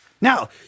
Now